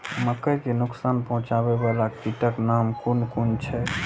मके के नुकसान पहुँचावे वाला कीटक नाम कुन कुन छै?